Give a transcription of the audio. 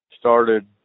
started